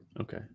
okay